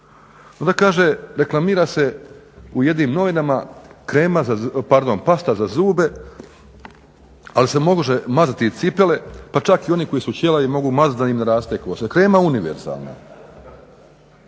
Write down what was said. Ona kaže reklamira se u jednim novinama krema za, pardon, pasta za zube, ali se može mazati i cipele pa čak i oni koji su ćelavi mogu mazati da im naraste kosa. Krema univerzalna.